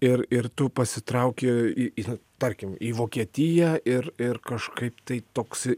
ir ir tu pasitrauki į tarkim į vokietiją ir ir kažkaip tai toks